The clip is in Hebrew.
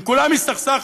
עם כולם הסתכסכנו,